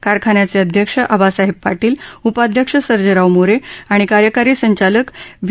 कारखान्याचे अध्यक्ष आबासाहेब पाटील उपाध्याक्ष सर्जेराव मोरे आणि कार्यकारी संचालक व्ही